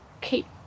keep